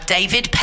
David